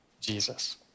Jesus